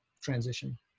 transition